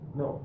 no